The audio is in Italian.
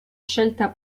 scelta